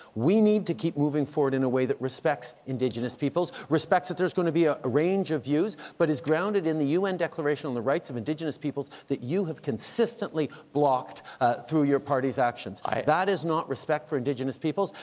we need to keep moving forward in a way that respects indigenous peoples, respects that there's going to be a range of views, but is grounded in the u n. declaration on the rights of indigenous peoples that you have consistently blocked through your party's actions. that is not respect for indigenous peoples.